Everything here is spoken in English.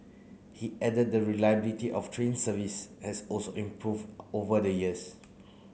he added that reliability of train service has also improved over the years